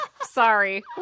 Sorry